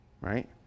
Right